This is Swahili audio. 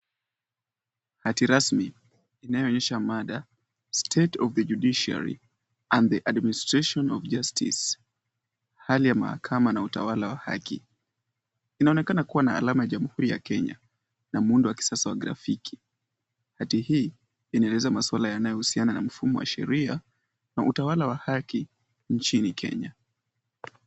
Hati rasmi inayoonyesha mada, State of the Judiciary, and the Administration of Justice . Hali ya mahakama na utawala wa haki. Inaonekana kuwa na alama ya jamhuri ya Kenya, na muundo wa kisasa wa grafiki. Hati hii inaeleza masuala yanayohusiana na mfumo wa sheria, na utawala wa haki, nchini Kenya.